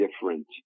different